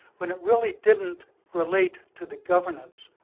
when it really didn't relate to the governance